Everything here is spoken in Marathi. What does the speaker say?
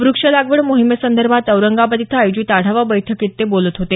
वृक्ष लागवड मोहिमेसंदर्भात औरंगाबाद इथं आयोजित आढावा बैठकीत ते बोलत होते